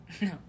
no